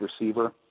receiver